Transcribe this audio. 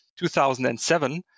2007